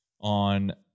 on